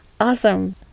awesome